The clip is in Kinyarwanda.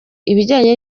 ibijyanye